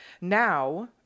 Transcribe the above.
Now